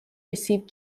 received